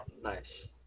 Nice